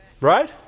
Right